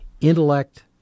intellect